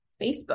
Facebook